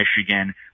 michigan